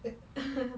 it